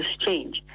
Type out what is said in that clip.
change